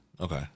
Okay